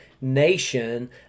nation